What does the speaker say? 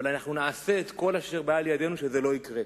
אבל אנחנו נעשה את כל אשר לאל ידנו שזה לא יקרה,